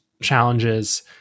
challenges